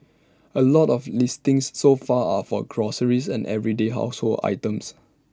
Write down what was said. A lot of the listings so far are for groceries and everyday household items